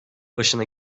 başına